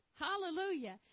Hallelujah